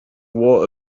wore